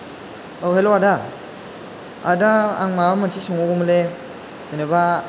औ हेल' आदा आदा आं माबा मोनसे सोंहरगौमोनलै जेनोबा